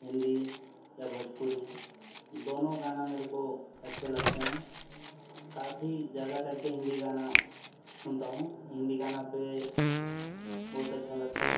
हिन्दी या भोजपुरी दोनों गाना मेरे को अच्छे लगते हैं काफी ज़्यादा करके हिन्दी गाना सुनता हूँ हिन्दी गाना पर बहुत अच्छा लगता है